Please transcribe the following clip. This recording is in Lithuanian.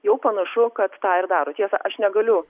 jau panašu kad tą ir daro tiesa aš negaliu